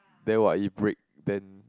then what it break then